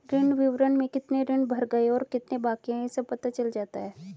ऋण विवरण में कितने ऋण भर गए और कितने बाकि है सब पता चल जाता है